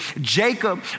Jacob